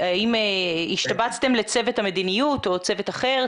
האם השתבצתם לצוות המדיניות או לצוות אחר?